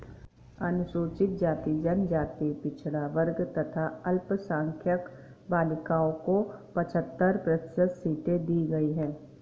अनुसूचित जाति, जनजाति, पिछड़ा वर्ग तथा अल्पसंख्यक बालिकाओं को पचहत्तर प्रतिशत सीटें दी गईं है